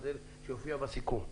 זה יופיע בסיכום הדיון.